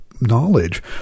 knowledge